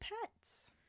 pets